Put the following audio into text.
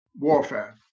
warfare